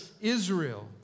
israel